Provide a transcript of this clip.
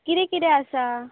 कितें कितें आसा